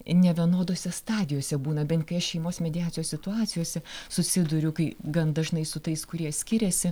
nevienodose stadijose būna bent kai aš šeimos mediacijos situacijose susiduriu kai gan dažnai su tais kurie skiriasi